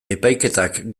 epaiketak